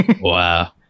Wow